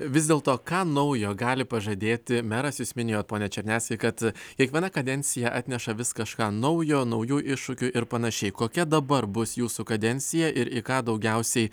vis dėlto ką naujo gali pažadėti meras jūs minėjot pone černeckai kad kiekviena kadencija atneša vis kažką naujo naujų iššūkių ir panašiai kokia dabar bus jūsų kadencija ir į ką daugiausiai